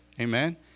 Amen